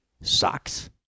socks